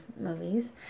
movies